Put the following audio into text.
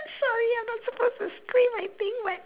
sorry I'm not supposed to scream I think but